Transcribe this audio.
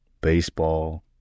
baseball